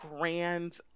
grand